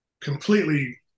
completely